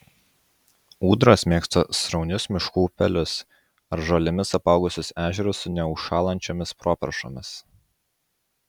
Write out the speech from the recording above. ūdros mėgsta sraunius miškų upelius ar žolėmis apaugusius ežerus su neužšąlančiomis properšomis